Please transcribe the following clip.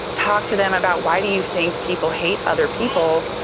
talk to them about why do you think people hate other people?